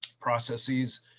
processes